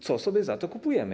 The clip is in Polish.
Co sobie za to kupimy?